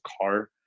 car